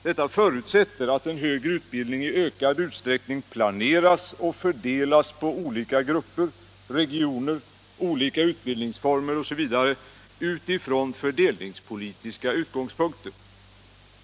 Detta förutsätter att en högre utbildning i ökad utsträckning planeras och fördelas på olika grupper, regioner, utbildningsformer osv. utifrån fördelningspolitiska utgångspunkter.